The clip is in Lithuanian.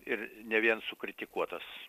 ir ne vien sukritikuotas